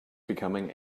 becoming